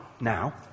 Now